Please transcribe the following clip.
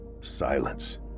Silence